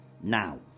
Now